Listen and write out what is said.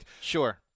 Sure